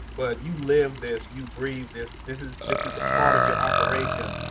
but you live this, you breathe this, this is this is a part of your operation.